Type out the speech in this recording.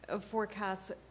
forecasts